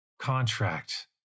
contract